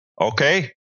Okay